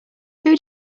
who